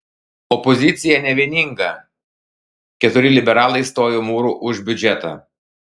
opozicija nevieninga keturi liberalai stojo mūru už biudžetą